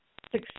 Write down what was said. success